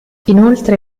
inoltre